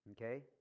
okay